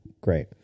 Great